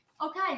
Okay